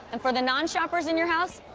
and for the nonshoppers in your house,